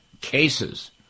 cases